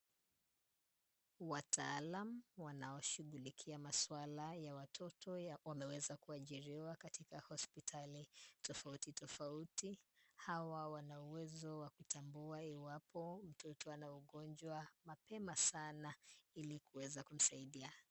Wataalamu wanaoshughulikia masuala ya watoto wameweza kuajiriwa katika hospitali tofauti tofauti. Hawa wana uwezo wa kutambua iwapo mtoto ana ugonjwa mapema sana ili kuweza kumsaidia.